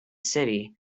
city